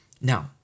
now